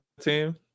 team